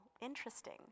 interesting